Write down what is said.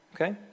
Okay